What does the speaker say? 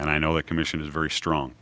and i know the commission is very strong